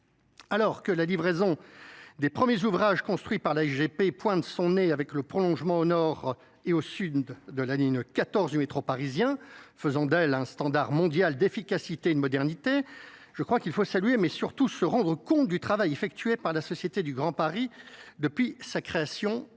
Alors que la livraison des 1ᵉʳˢ ouvrages construits par la G P pointe son nez avec le prolongement au nord et au sud de la ligne quatorze métro parisien faisant d'elle un mondial d'efficacité et de modernité je crois qu'il faut saluer mais surtout se rendre compte du travail effectué par la société du grand paris depuis sa création en